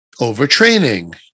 overtraining